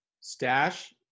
stash